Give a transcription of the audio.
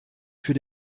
für